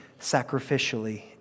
sacrificially